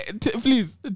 please